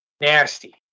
nasty